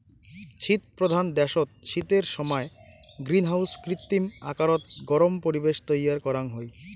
শীতপ্রধান দ্যাশত শীতের সমায় গ্রীনহাউসত কৃত্রিম আকারত গরম পরিবেশ তৈয়ার করাং হই